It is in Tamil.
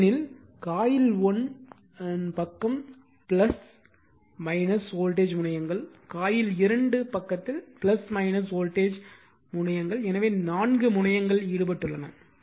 ஏனெனில் காயில் 1 பக்க வோல்டேஜ் முனையங்கள் காயில் 2 பக்க வோல்டேஜ் முனையங்கள் எனவே நான்கு முனையங்கள் ஈடுபட்டுள்ளன